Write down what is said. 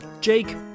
Jake